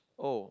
oh